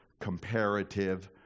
comparative